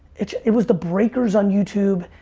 it it was the breakers on youtube,